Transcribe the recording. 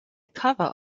cover